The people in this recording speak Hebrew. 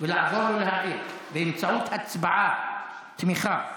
ולעזור להעביר באמצעות הצבעת תמיכה.